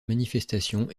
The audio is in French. manifestations